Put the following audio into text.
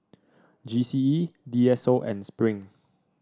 G C E D S O and Spring